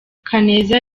kaneza